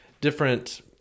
different